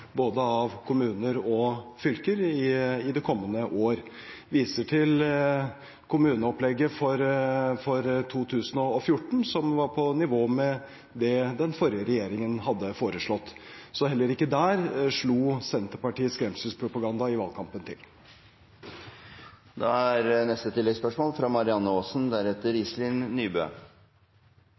av både kommuner og fylker i det kommende år. Jeg viser til kommuneopplegget for 2014, som var på nivå med det den forrige regjeringen hadde foreslått. Så heller ikke der slo Senterpartiets skremselspropaganda i valgkampen til.